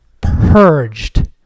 purged